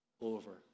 over